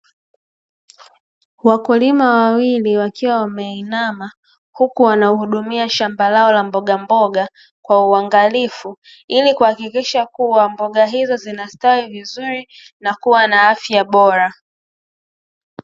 Wakulima wawili wakiwa wameinama, huku wanahudumia shamba lao la mbogamboga kwa waangalifu, ili kuhakikisha kuwa, mboga hizo zinastawi vizuri na kuwa na afya bora.